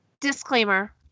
Disclaimer